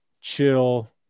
chill